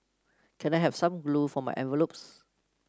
can I have some glue for my envelopes